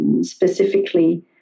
specifically